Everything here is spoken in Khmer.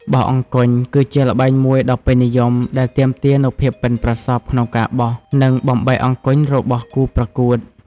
បោះអង្គញ់ គឺជាល្បែងមួយដ៏ពេញនិយម ដែលទាមទារនូវភាពប៉ិនប្រសប់ក្នុងការបោះ និងបំបែកអង្គញ់របស់គូប្រកួត។